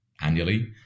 annually